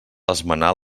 esmenar